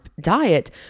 diet